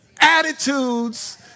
Attitudes